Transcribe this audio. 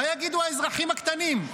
מה יגידו האזרחים הקטנים?